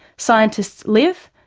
scientists live,